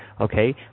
okay